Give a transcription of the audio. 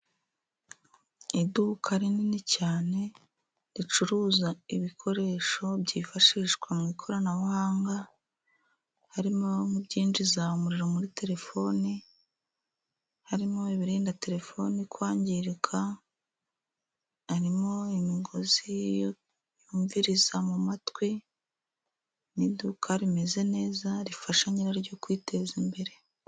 Iduka rinini cyane ricuruza ibikoresho byifashishwa mu ikoranabuhanga harimo nk' ibyinjiza umuriro muri telefoni, harimo ibirinda telefone kwangirika, harimo imigozi iyo yumviriza mu matwi. Ni iduka rimeze neza rifasha nyiraryo kwiteza imbere.